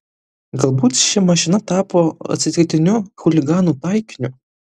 galbūt ši mašina tapo atsitiktiniu chuliganų taikiniu